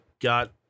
got